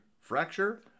fracture